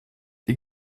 die